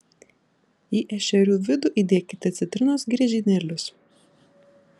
į ešerių vidų įdėkite citrinos griežinėlius